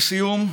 לסיום,